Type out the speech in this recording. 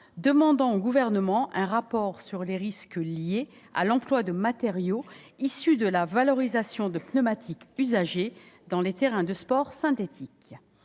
demande au Gouvernement un rapport sur les risques liés à l'emploi de matériaux issus de la valorisation de pneumatiques usagés dans les terrains de sport synthétiques.